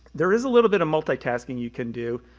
there is a little bit of multitasking you can do.